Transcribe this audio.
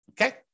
okay